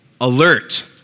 alert